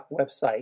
website